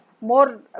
more